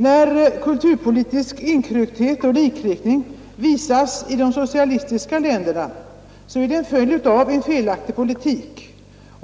När kulturpolitisk inkrökthet och likriktning visas i de socialistiska länderna är det till följd av en felaktig politik;